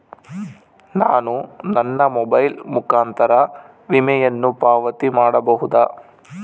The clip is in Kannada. ನಾನು ನನ್ನ ಮೊಬೈಲ್ ಮುಖಾಂತರ ವಿಮೆಯನ್ನು ಪಾವತಿ ಮಾಡಬಹುದಾ?